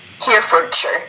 Herefordshire